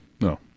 No